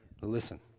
Listen